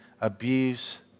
abuse